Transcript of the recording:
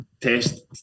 Test